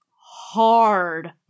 hard